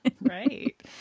Right